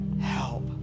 help